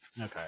okay